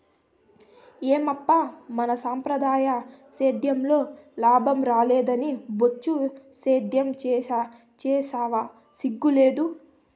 ఏమప్పా మన సంప్రదాయ సేద్యంలో లాభం రాలేదని బొచ్చు సేద్యం సేస్తివా సిగ్గు లేదూ